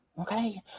Okay